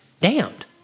Damned